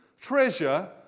Treasure